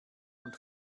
und